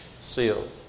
sealed